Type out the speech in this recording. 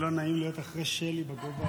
איזה לא נעים להיות אחרי שלי בגובה